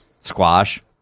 squash